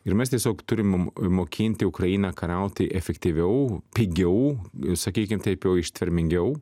ir mes tiesiog turim mokinti ukrainą kariauti efektyviau pigiau ir sakykim taip jau ištvermingiau